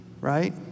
right